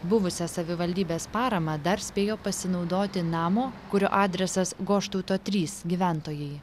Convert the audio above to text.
buvusia savivaldybės parama dar spėjo pasinaudoti namo kurio adresas goštauto trys gyventojai